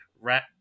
rat